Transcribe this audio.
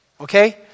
Okay